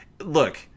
look